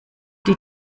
die